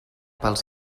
pels